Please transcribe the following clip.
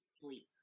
sleep